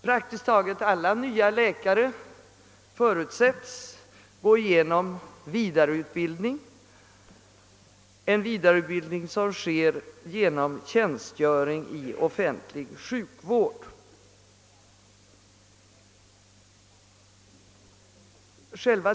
Praktiskt taget alla nya läkare förutsättes genomgå vidareutbildning genom tjänstgöring i offentlig sjukvård.